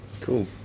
Cool